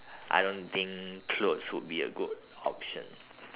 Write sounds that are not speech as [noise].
[breath] I don't think clothes would be a good option